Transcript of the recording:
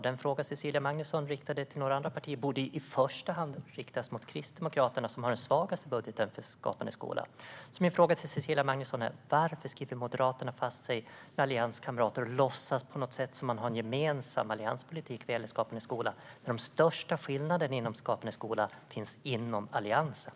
Den fråga som Cecilia Magnusson riktade till några andra partier borde i första hand riktas till Kristdemokraterna, som har den minsta budgeten för Skapande skola. Min fråga till Cecilia Magnusson är: Varför låser Moderaterna fast sig med allianskamraterna och låtsas som att man har en gemensam allianspolitik när det gäller Skapande skola, när de största skillnaderna inom Skapande skola finns inom Alliansen?